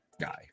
guy